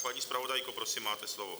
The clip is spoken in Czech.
Paní zpravodajko, prosím, máte slovo.